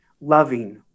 loving